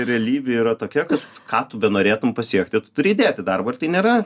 realybė yra tokia kad ką tu benorėtum pasiekti tu turi įdėti darbo ir tai nėra